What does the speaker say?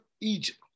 Egypt